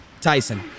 Tyson